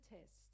test